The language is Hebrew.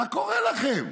מה קורה לכם?